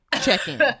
check-in